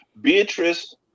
Beatrice